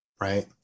Right